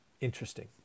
interesting